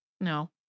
No